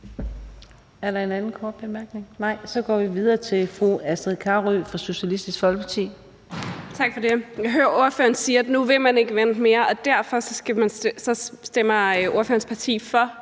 Er der en anden kort bemærkning? Nej. Så går vi videre til fru Astrid Carøe fra Socialistisk Folkeparti. Kl. 18:55 Astrid Carøe (SF): Tak for det. Jeg hører ordføreren sige, at nu vil man ikke vente mere, og derfor stemmer ordførerens parti for